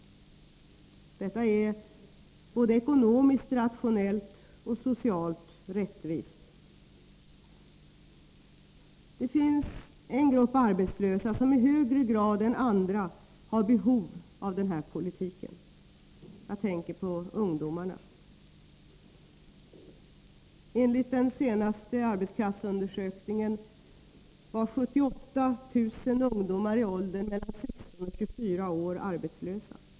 Detta är både ekonomiskt rationellt och socialt rättvist. Det finns en grupp arbetslösa som i högre grad än andra har behov av den här politiken. Jag tänker på ungdomarna. Enligt den senaste arbetskraftsundersökningen var 78 000 ungdomar i åldern 16-24 år arbetslösa.